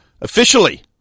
Officially